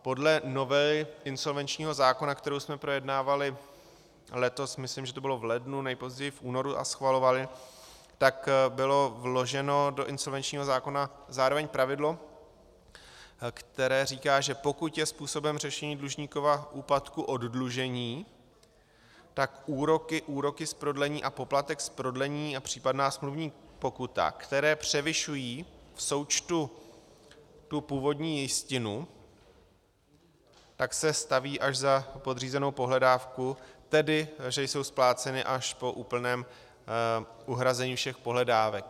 Podle novely insolvenčního zákona, kterou jsme projednávali letos, myslím, že to bylo v lednu, nejpozději v únoru, a schvalovali, bylo vloženo do insolvenčního zákona zároveň pravidlo, které říká, že pokud je způsobem řešení dlužníkova úpadku oddlužení, tak úroky, úroky z prodlení a poplatek z prodlení a případná smluvní pokuta, které převyšují v součtu tu původní jistinu, se staví až za podřízenou pohledávku, tedy že jsou spláceny až po úplném uhrazení všech pohledávek.